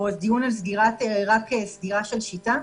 או דיון רק על סגירה של "שיטה".